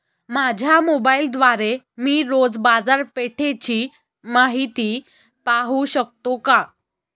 माझ्या मोबाइलद्वारे मी रोज बाजारपेठेची माहिती पाहू शकतो का?